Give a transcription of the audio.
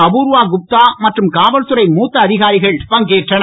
அபூர்வா குப்தா மற்றும் காவல்துறை மூத்த அதிகாரிகள் பங்கேற்றனர்